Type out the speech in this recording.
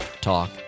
talk